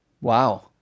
wow